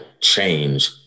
change